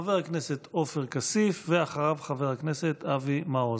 חבר הכנסת עופר כסיף, ואחריו, חבר הכנסת אבי מעוז.